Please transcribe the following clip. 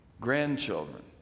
grandchildren